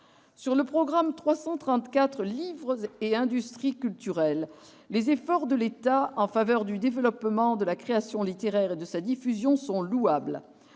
Sur le programme 334 « Livre et industries culturelles », les efforts de l'État en faveur du développement de la création littéraire et de sa diffusion sont louables